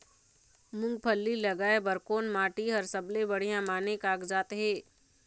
मूंगफली लगाय बर कोन माटी हर सबले बढ़िया माने कागजात हे?